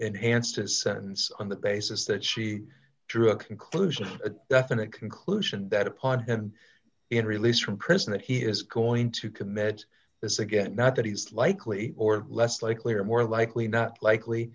enhanced his sentence on the basis that she drew a conclusion a definite conclusion that upon him in release from prison that he is going to commit this again not that he's likely or less likely or more likely not likely